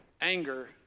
Anger